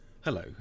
Hello